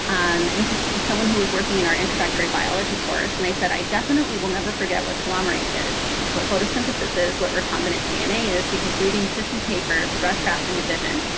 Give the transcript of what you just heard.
um and this is someone who was working in our introductory biology course. and they said, i definitely will never forget what telomerase is, what photosynthesis is, what recombinant dna is because reading fifty papers, rough draft and revision,